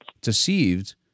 deceived